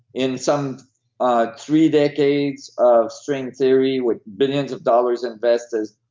in some ah three decades of string theory with billions of dollars investors,